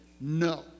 no